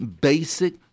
basic